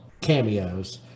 cameos